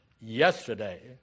yesterday